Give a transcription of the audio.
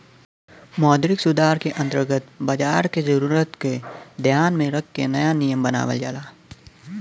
मौद्रिक सुधार के अंतर्गत बाजार क जरूरत क ध्यान में रख के नया नियम बनावल जाला